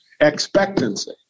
Expectancy